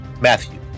Matthew